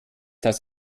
das